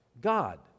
God